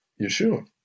Yeshua